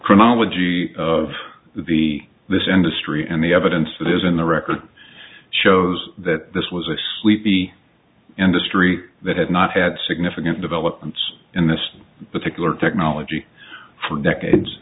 chronology of the this industry and the evidence that is in the record shows that this was a sleepy industry that had not had significant developments in this particular technology for decades